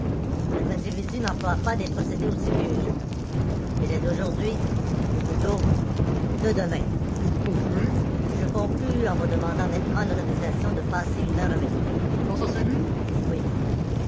notre individu n'emploie pas des procédés aussi vieux jeu il est d'aujourd'hui ou plutôt de demain et vous concluez je conclus en vous demandant nettement l'autorisation de passer une heure avec lui dans sa cellule oui